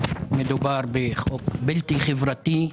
מדובר בחוק בלתי חברתי,